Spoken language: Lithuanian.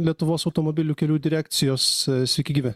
lietuvos automobilių kelių direkcijos sveiki gyvi